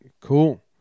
cool